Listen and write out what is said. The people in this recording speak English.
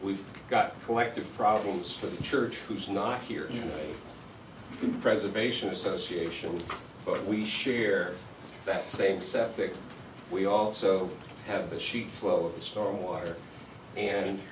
we've got collective problems for the church who's not here preservation association but we share that same septic we also have the sheet flow of the storm water and